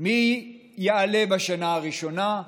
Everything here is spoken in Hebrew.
מי יעלה בשנה הראשונה,